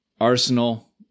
Arsenal